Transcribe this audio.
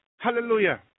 Hallelujah